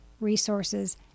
resources